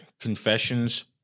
Confessions